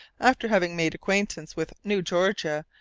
after having made acquaintance with new georgia,